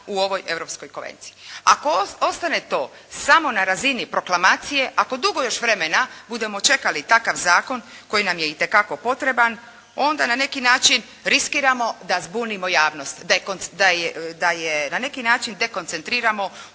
u ovoj europskoj konvenciji. Ako ostane to samo na razini proklamacije, ako dugo još vremena budemo čekali takav zakon koji nam je itekako potreban, onda na neki način riskiramo da zbunimo javnost da je na neki način dekoncentriramo